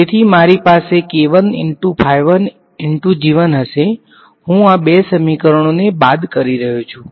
તેથી મારી પાસે હશે હું આ બે સમીકરણોને બાદ કરી રહ્યો છું